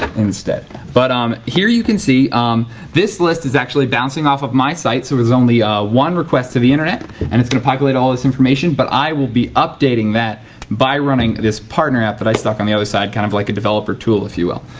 instead. but um here you can see um this list is actually bouncing off of my site so there's ah one request to the internet and it's going to calculate all this information. but i will be updating that by running this partner app that i stuck on the other side kind of like developer tool if you will.